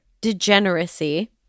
degeneracy